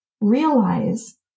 realize